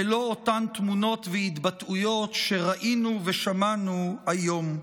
ולא אותן תמונות והתבטאויות שראינו ושמענו היום.